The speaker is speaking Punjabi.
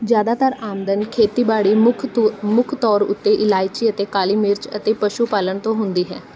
ਜ਼ਿਆਦਾਤਰ ਆਮਦਨ ਖੇਤੀਬਾੜੀ ਮੁੱਖ ਤੌ ਮੁੱਖ ਤੌਰ ਉੱਤੇ ਇਲਾਇਚੀ ਅਤੇ ਕਾਲੀ ਮਿਰਚ ਅਤੇ ਪਸ਼ੂ ਪਾਲਣ ਤੋਂ ਹੁੰਦੀ ਹੈ